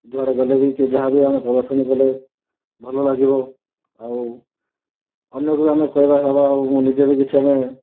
ଯୁଆଡ଼େ ଗଲେ ବି ଯାହାକୁ ଆମେ ପସନ୍ଦ କଲେ ଭଲ ଲାଗିବ ଆଉ ଅନ୍ୟକୁ ଆମ କହିବା ହେବ ଆଉ ନିଜେ ବି କିଛି ଆମେ